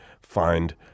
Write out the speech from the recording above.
find